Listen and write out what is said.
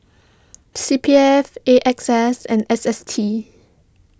C P F A X S and S S T